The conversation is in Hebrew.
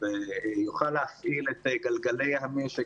ויוכל להפעיל את גלגלי המשק